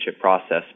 process